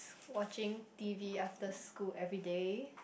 watching T_V after school everyday